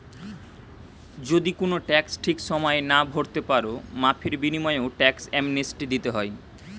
যদি কুনো ট্যাক্স ঠিক সময়ে না ভোরতে পারো, মাফীর বিনিময়ও ট্যাক্স অ্যামনেস্টি দিতে হয়